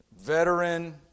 veteran